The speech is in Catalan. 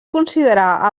considerar